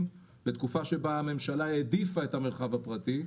לתקופה שבה הממשלה העדיפה את המרחב הפרטי,